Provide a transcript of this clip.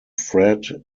fred